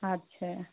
अच्छा